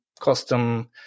custom